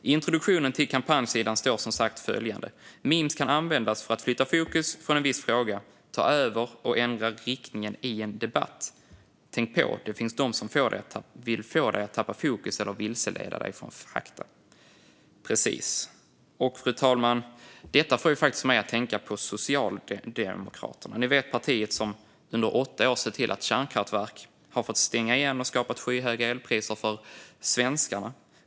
I introduktionen till kampanjsidan står följande: "Memes kan användas för att flytta fokus från en viss fråga, ta över och ändra riktningen i en debatt." Vidare står följande: "Tänk på! Det finns de som vill få dig att tappa fokus eller vilseleda dig från fakta." Precis! Fru talman! Detta får faktiskt mig att tänka på Socialdemokraterna. Ni vet partiet som under åtta år sett till att kärnkraftverk har fått stänga ned, vilket har skapat skyhöga elpriser för svenskarna.